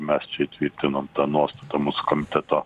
mes čia tvirtinome tą to mūsų komiteto